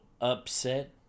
upset